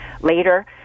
later